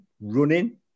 running